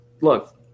look